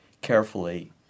carefully